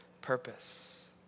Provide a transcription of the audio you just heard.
purpose